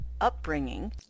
upbringing